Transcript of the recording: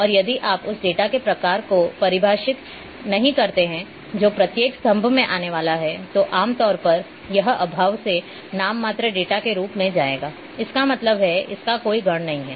और यदि आप उस डेटा के प्रकार को परिभाषित नहीं करते हैं जो प्रत्येक स्तंभ में आने वाला है तो आम तौर पर यह अभाव से नाम मात्र डेटा के रूप में जाएगा इसका मतलब है कि इसका कोई गण नहीं है